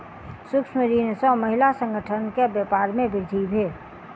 सूक्ष्म ऋण सॅ महिला संगठन के व्यापार में वृद्धि भेल